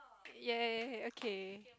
ya ya ya okay